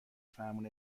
فرمون